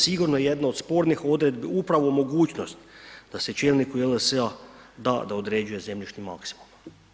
Sigurno je jedna od spornih odredbi upravo mogućnost da se čelniku JLS-a da da određuje zemljišni maksimum.